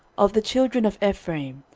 of the children of ephraim,